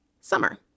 summer